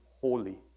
holy